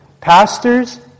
pastors